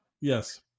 Yes